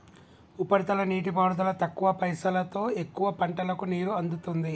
ఉపరితల నీటిపారుదల తక్కువ పైసలోతో ఎక్కువ పంటలకు నీరు అందుతుంది